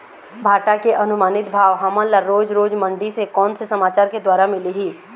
भांटा के अनुमानित भाव हमन ला रोज रोज मंडी से कोन से समाचार के द्वारा मिलही?